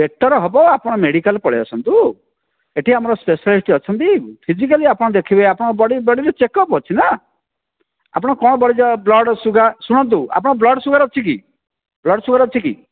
better ହବ ଆପଣ medical ପଳେଇ ଆସନ୍ତୁ ଏଠି ଆମର ସ୍ପେଶାଲିଷ୍ଟ ଅଛନ୍ତି ଫିଜିକାଲି ଆପଣ ଦେଖିବେ ଆପଣଙ୍କ ବୋଡ଼ିର ଚେକଅପ୍ ଅଛି ନା ଆପଣ କଣ ବ୍ଲଡ଼ ସୁଗର୍ ଶୁଣନ୍ତୁ ଆପଣ ବ୍ଲଡ଼ ସୁଗର୍ ଅଛି କି ବ୍ଲଡ଼ ସୁଗର୍ ଅଛି କି